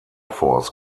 force